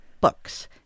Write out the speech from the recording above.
books